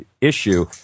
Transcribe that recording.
issue